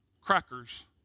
crackers